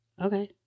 Okay